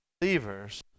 believers